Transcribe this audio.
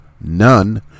None